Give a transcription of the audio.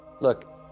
Look